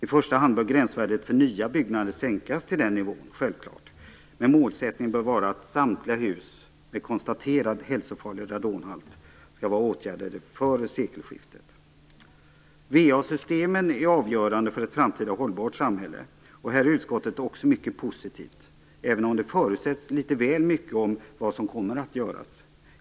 I första hand bör gränsvärdet för nya byggnader självfallet sänkas till den nivån, men målsättningen bör vara att samtliga hus med konstaterad hälsofarlig radonhalt skall vara åtgärdade före sekelskiftet. Va-systemen är avgörande för ett framtida hållbart samhälle. Och här är utskottet också mycket positivt, även om det förutsätts litet väl mycket vad som kommer att göras.